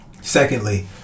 Secondly